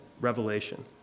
revelation